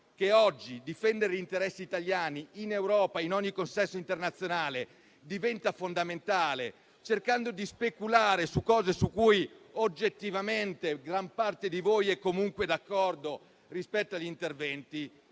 che oggi difendere gli interessi italiani in Europa e in ogni consesso internazionale diventa fondamentale e voi invece cercate di speculare su cose su cui oggettivamente gran parte di voi è comunque d'accordo rispetto agli interventi.